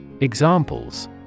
Examples